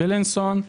בילינסון,